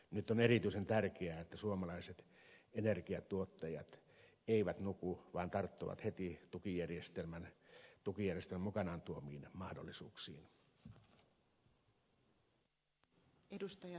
nyt on erityisen tärkeää että suomalaiset energiatuottajat eivät nuku vaan tarttuvat heti tukijärjestelmän mukanaan tuomiin mahdollisuuksiin